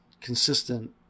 consistent